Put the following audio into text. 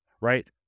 right